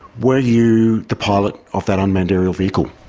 were you the pilot of that unmanned aerial vehicle?